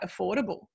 affordable